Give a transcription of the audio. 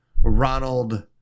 Ronald